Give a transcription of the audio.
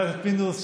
חבר הכנסת פינדרוס,